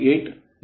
89 ಆಗಿದೆ